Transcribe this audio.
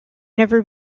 never